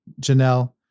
Janelle